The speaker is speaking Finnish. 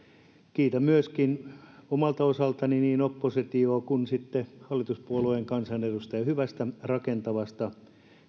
kiitän myöskin omalta osaltani niin oppositiota kuin hallituspuolueen kansanedustajia hyvästä rakentavasta